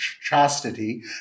chastity